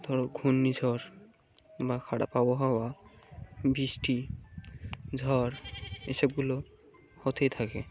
ধরো ঘূর্ণিঝড় বা খারাপ আবহাওয়া বৃষ্টি ঝড় এসবগুলো হতেই থাকে